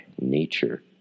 nature